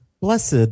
Blessed